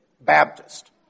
Baptist